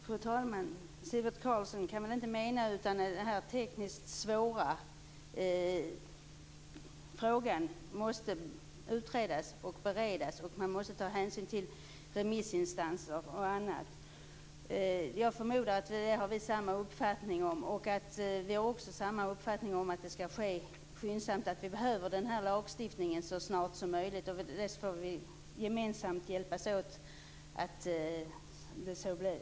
Fru talman! Sivert Carlsson kan väl inte mena annat än att den här tekniskt svåra frågan måste utredas och beredas. Man måste ta hänsyn till remissinstanser och annat. Jag förmodar att vi har samma uppfattning om det. Vi har också samma uppfattning att det skall ske skyndsamt och att vi behöver den här lagstiftningen så snart som möjligt, och vi får gemensamt hjälpas åt så att så sker.